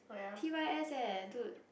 t_y_s eh dude